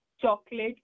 chocolate